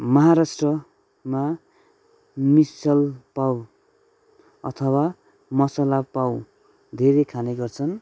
महाराष्ट्रमा मिस्सल पाउ अथवा मसाला पाउ धेरै खाने गर्छन्